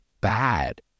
bad